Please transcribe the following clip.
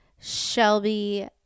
Shelby